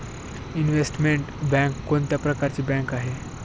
Investment bank कोणत्या प्रकारची bank आहे?